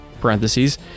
parentheses